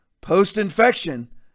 post-infection